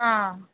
ꯑꯥ